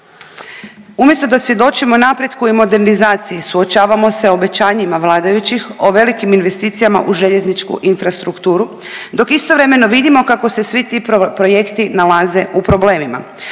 Umjesto da svjedočimo napretku i modernizaciji, suočavamo se obećanjima vladajućih o velikim investicijama u željezničku infrastrukturu dok istovremeno vidimo kako se svi ti projekti nalaze u problemima,